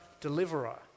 deliverer